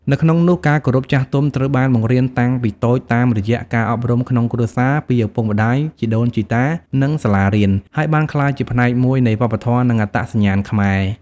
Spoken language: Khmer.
នៅក្នុងនោះការគោរពចាស់ទុំត្រូវបានបង្រៀនតាំងពីតូចតាមរយៈការអប់រំក្នុងគ្រួសារ ពីឪពុកម្ដាយ ជីដូនជីតា និងសាលារៀន ហើយបានក្លាយជាផ្នែកមួយនៃវប្បធម៌ និងអត្តសញ្ញាណខ្មែរ។